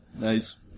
Nice